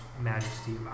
majesty